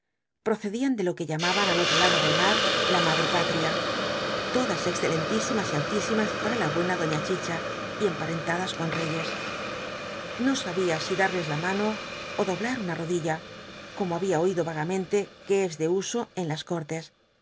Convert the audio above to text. procedían de lo que llamaban al otro lado del mar la madre patria todas excelentísimas y aliisimas para la buena doña chicha y emparentadas con reyes no sabía si darles la mano ó doblar una rodilla como había oído vagamente que es de uso en las cortes